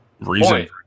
reason